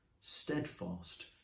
steadfast